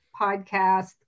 podcast